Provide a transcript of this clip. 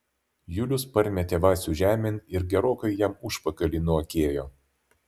julius parmetė vacių žemėn ir gerokai jam užpakalį nuakėjo